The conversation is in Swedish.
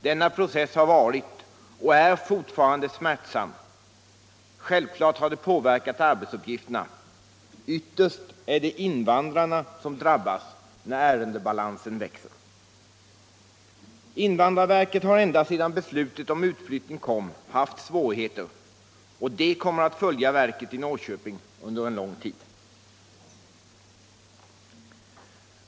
Denna process har varit och är fortfarande smärtsam. Självfallet har det påverkat arbetsuppgifterna. Ytterst är det invandrarna som drabbas när ärendebalansen växer. Invandrarverket har ända sedan beslutet om utflyttning kom haft svårigheter, och de kommer att följa verket i Norrköping under en lång tid.